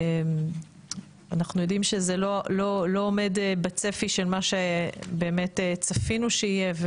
ואנחנו יודעים שזה לא עומד בצפי של מה שבאמת צפינו שיהיה,